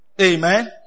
Amen